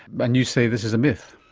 and you say this is a myth.